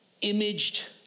imaged